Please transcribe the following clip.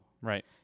Right